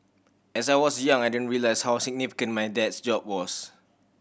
as I was young I didn't realise how significant my dad's job was